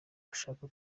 ushaka